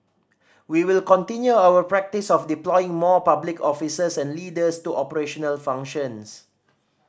we will continue our practice of deploying more public officers and leaders to operational functions